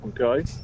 Okay